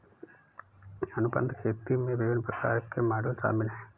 अनुबंध खेती में विभिन्न प्रकार के मॉडल शामिल हैं